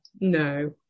No